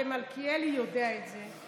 ומלכיאלי יודע את זה,